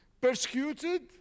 persecuted